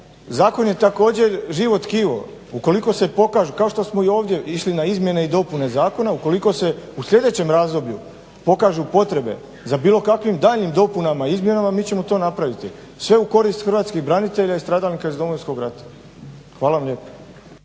Zakon je također živo tkivo. Ukoliko se pokažu, kao što smo i ovdje išli na izmjene i dopune zakona, ukoliko se u sljedećem razdoblju pokažu potrebe za bilo kakvim daljnjim dopunama i izmjenama mi ćemo to napraviti. Sve u korist hrvatskih branitelja i stradalnika iz Domovinskog rata. Hvala vam lijepo.